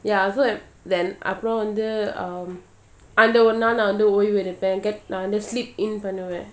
ya so and then அப்புறம்வந்து:apuram vandhu um அந்தஒருநாள்நான்வந்துஓய்வெடுப்பேன்நான்வந்து:andha oru nal nan vandhu oivedupen nan vandhu sleep in பண்ணுவேன்:pannuven